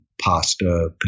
pasta